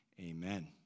amen